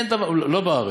לא בארץ.